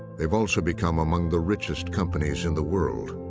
they've also become among the richest companies in the world.